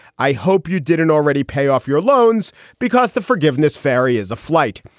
i hope you didn't already pay off your loans because the forgiveness fairy is a flight.